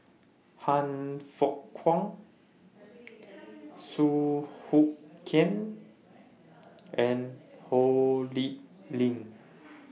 Han Fook Kwang Song Hoot Kiam and Ho Lee Ling